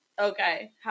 Okay